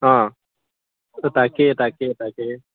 অঁ তোৰ তাকেই তাকেই তাকেই